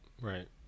right